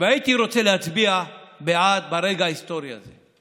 והייתי רוצה להצביע בעד ברגע ההיסטורי הזה.